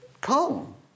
come